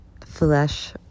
flesh